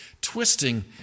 twisting